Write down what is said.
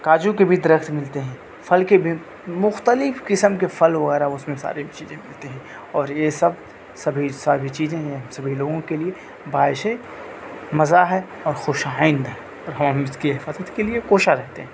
کاجو کے بھی درکھت ملتے ہیں پھل کے بھی مختلف قسم کے پھل وغیرہ اس میں ساری چیزیں ملتی ہیں اور یہ سب سبھی سابھی چیزیں ہیں ہم سبھی لوگوں کے لیے باعث مزہ ہے اور خوش ہایند ہیں اور ہم اس کی حفاظت کے لیے کوشاں رہتے ہیں